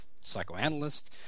psychoanalyst